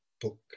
book